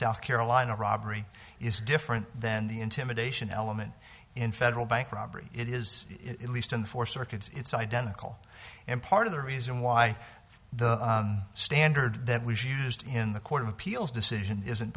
south carolina robbery is different than the intimidation element in federal bank robbery it is at least in four circuits it's identical and part of the reason why the standard that was used in the court of appeals decision isn't